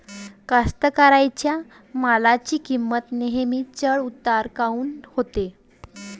कास्तकाराइच्या मालाची किंमत नेहमी चढ उतार काऊन होते?